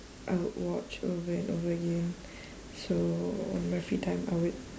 I would watch over and over again so on my free time I would